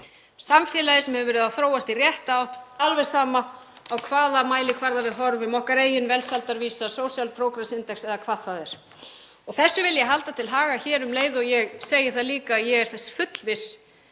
samfélagi sem hefur verið að þróast í rétta átt, alveg sama á hvaða mælikvarða við horfum, okkar eigin velsældarvísa, Social Progress Index eða hvað það er. Þessu vil ég halda til haga um leið og ég segi það líka að ég er þess fullviss